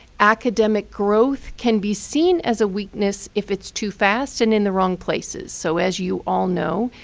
academic growth can be seen as a weakness if it's too fast and in the wrong places. so as you all know,